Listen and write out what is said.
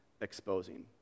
exposing